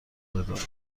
بدار